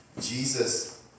Jesus